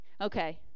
okay